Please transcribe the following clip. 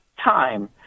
time